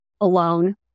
alone